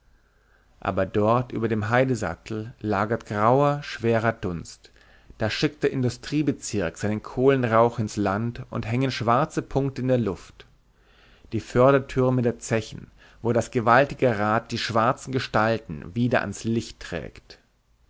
aber dort über dem heidesattel lagert grauer schwerer dunst da schickt der industriebezirk seinen kohlenrauch ins land und hängen schwarze punkte in der luft die fördertürme der zechen wo das gewaltige rad die schwarzen gestalten wieder ans licht trägt